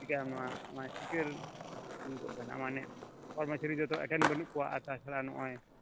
ᱪᱤᱠᱟᱹᱭᱟᱢ ᱱᱚᱣᱟ ᱢᱟᱱᱮ ᱠᱚᱨᱢᱚᱪᱟᱹᱨᱤ ᱠᱚᱫᱚ ᱮᱠᱮᱱ ᱵᱟᱹᱱᱩᱜ ᱠᱚᱣᱟ ᱟᱨ ᱛᱟᱪᱷᱟᱲᱟ ᱱᱚᱜᱼᱚᱭ